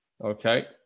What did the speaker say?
okay